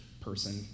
person